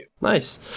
Nice